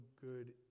good